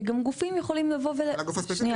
וגם גופים יכולים לבוא --- של הגוף הספציפי,